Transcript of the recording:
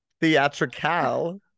Theatrical